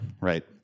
right